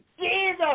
Jesus